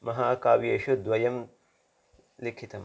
महाकाव्येषु द्वयं लिखितम्